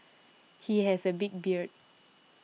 he has a big beard